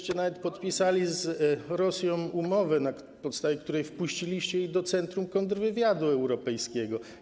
To wy nawet podpisaliście z Rosją umowę, na podstawie której wpuściliście ich do centrum kontrwywiadu europejskiego.